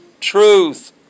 truth